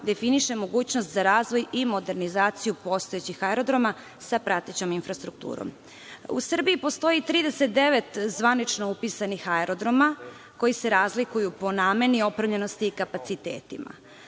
definiše mogućnost za razvoj i modernizaciju postojećih aerodroma sa pratećom infrastrukturom. U Srbiji postoji 39 zvanično upisanih aerodroma koji se razlikuju po nameni, opremljenosti i kapacitetima. Opština